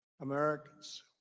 Americans